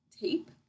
tape